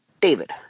David